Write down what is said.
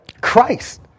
Christ